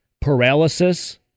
Paralysis